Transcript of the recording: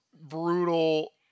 brutal